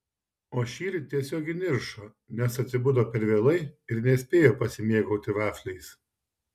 o šįryt tiesiog įniršo nes atsibudo per vėlai ir nespėjo pasimėgauti vafliais